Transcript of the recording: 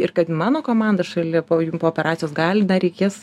ir kad mano komanda šalia po jum po operacijos gali dar reikės